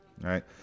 right